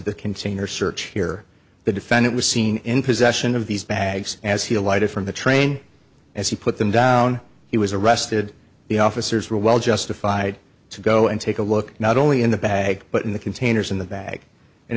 the container search here the defendant was seen in possession of these bags as he alighted from the train as he put them down he was arrested the officers were well justified to go and take a look not only in the bag but in the containers in the bag and